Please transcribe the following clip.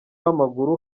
w’amaguru